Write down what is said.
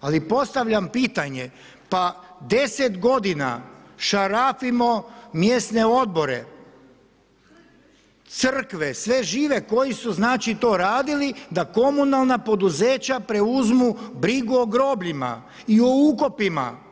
Ali postavljam pitanje, pa deset godina šarafimo mjesne odbore, crkve, sve žive koji su znači to radili da komunalna poduzeća preuzmu brigu o grobljima i o ukopima.